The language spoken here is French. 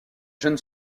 jeune